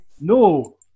No